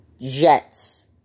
Jets